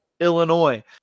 Illinois